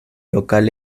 local